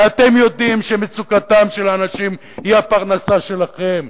ואתם יודעים שמצוקתם של האנשים היא הפרנסה שלכם,